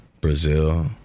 Brazil